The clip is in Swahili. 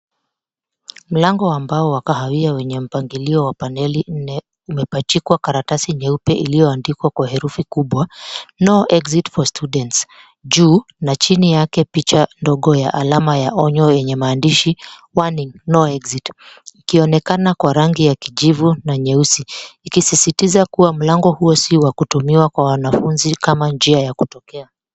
Mlango ambao wa kahawia wenye mpangilio wa paneli nne umepachikwa karatasi nyeupe iliyoandikwa kwa herufi kubwa, No Exit for Students, juu, na chini yake picha ndogo ya alama ya onyo yenye maandishi, Warning, No Exit. Ikionekana kwa rangi ya kijivu na nyeusi, ikisisitiza kuwa mlango huo si wa kutumiwa kwa wanafunzi kama njia ya kutokea.